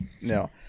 No